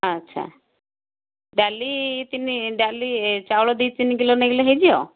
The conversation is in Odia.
ଆଚ୍ଛା ଡାଲି ତିନି ଡାଲି ଏ ଚାଉଳ ଦୁଇ ତିନି କିଲୋ ନେଇଗଲେ ହୋଇଯିବ